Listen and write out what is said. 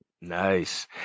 Nice